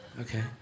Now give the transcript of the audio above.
Okay